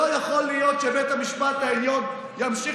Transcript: לא יכול להיות שבית המשפט העליון ימשיך